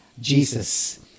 Jesus